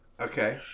Okay